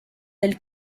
del